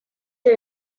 est